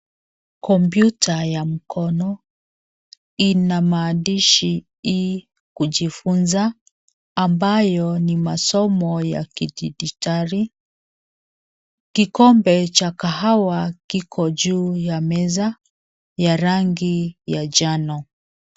Kompyuta ya mkono ina maandishi, e - kujifunza, ambayo ni masomo, ya kidijitali. Kikombe cha kahawa kiko juu ya meza, ya rangi ya njano.